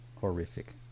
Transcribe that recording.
Horrific